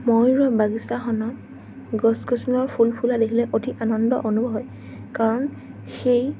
মই ৰোৱা বাগিছাখনত গছ গছনি ফুল ফুলা দেখিলে অতি আনন্দ অনুভৱ হয় কাৰণ সেই